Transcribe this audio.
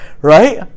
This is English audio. right